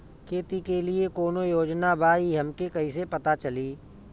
खेती के लिए कौने योजना बा ई हमके कईसे पता चली?